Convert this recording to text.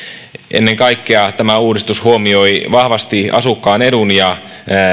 ennen kaikkea tämä uudistus huomioi vahvasti asukkaan edun ja